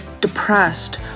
depressed